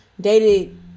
dated